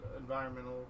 environmental